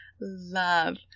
love